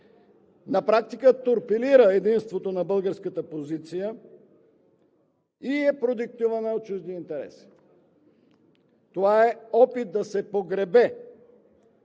на практика торпилира единството на българската позиция и е продиктувано от чужди интереси. Това е опит да се погребе